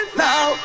now